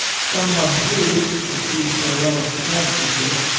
some one who, as she so well expresses it,